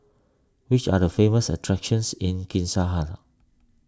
which are the famous attractions in